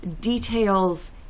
details